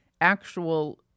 actual